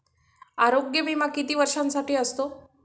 आरोग्य विमा किती वर्षांसाठी असतो?